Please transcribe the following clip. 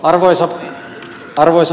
arvoisa puhemies